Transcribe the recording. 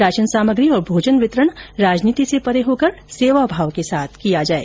ration सामग्री और भोजन वितरण राजनीति से परे होकर सेवाभाव के साथ किया जाए